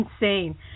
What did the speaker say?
insane